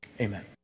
Amen